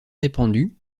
répandu